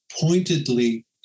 pointedly